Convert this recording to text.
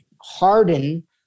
harden